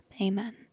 Amen